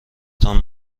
تان